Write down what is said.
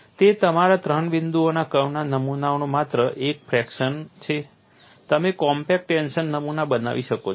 તે તમારા ત્રણ બિંદુના કર્વના નમૂનાનો માત્ર એક ફ્રેક્શન છે તમે કોમ્પેક્ટ ટેન્શન નમૂના બનાવી શકો છો